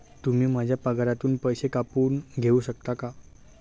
तुम्ही माझ्या पगारातून पैसे कापून घेऊ शकता का?